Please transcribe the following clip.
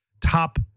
top